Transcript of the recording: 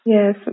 Yes